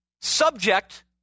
subject